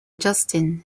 justin